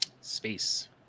Space